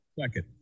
second